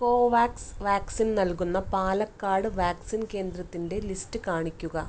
Covax vaccine നൽകുന്ന Palakkad vaccine കേന്ദ്രത്തിൻ്റെ list കാണിക്കുക